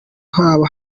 haba